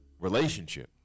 relationship